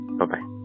bye-bye